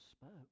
spoke